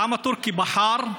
העם הטורקי בחר.